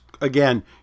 again